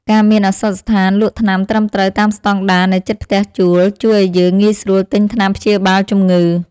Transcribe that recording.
ការមានឱសថស្ថានលក់ថ្នាំត្រឹមត្រូវតាមស្តង់ដារនៅជិតផ្ទះជួលជួយឱ្យយើងងាយស្រួលទិញថ្នាំព្យាបាលជំងឺ។